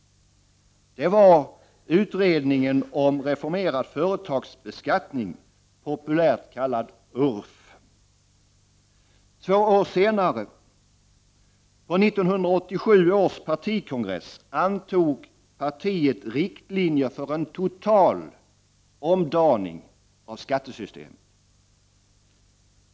Det var utredningen om reformerad företagsbeskattning, populärt kallad URF. Två år senare, på 1987 års partikongress, antog partiet riktlinjer för en total omdaning av skattesystemet.